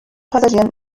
passagieren